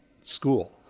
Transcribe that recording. school